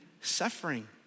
suffering